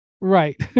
Right